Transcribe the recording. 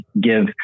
give